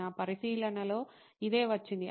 నా పరిశీలనలో ఇదే వచ్చింది